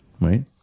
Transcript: right